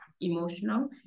emotional